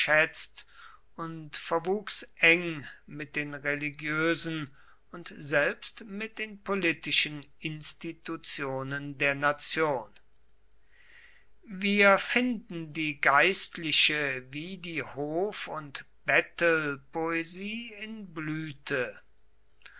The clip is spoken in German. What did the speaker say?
und verwuchs eng mit den religiösen und selbst mit den politischen institutionen der nation wir finden die geistliche wie die hof und bettelpoesie in blüte